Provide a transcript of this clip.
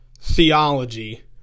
theology